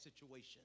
situation